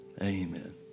Amen